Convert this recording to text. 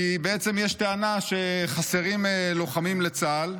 כי בעצם יש טענה שחסרים לוחמים לצה"ל,